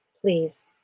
Please